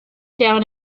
down